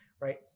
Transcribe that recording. right